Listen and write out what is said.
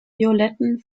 violetten